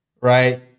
right